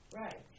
right